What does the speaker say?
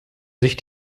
sich